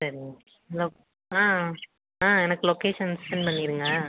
சரிங்க ஹலோ ஆ எனக்கு லொக்கேஷன் செண்ட் பண்ணிருங்க